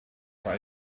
try